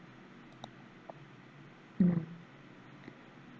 mm